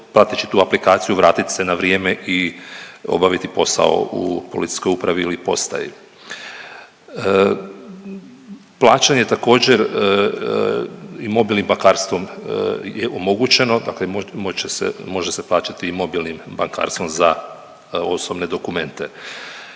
prateći tu aplikaciju vratit se na vrijeme i obaviti posao u policijskoj upravi li postaji. Plaćanje također i mobilnim bankarstvom je omogućeno, dakle može se plaćati i mobilnim bankarstvom za osobne dokumente.